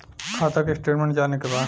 खाता के स्टेटमेंट जाने के बा?